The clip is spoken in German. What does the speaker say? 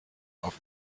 auf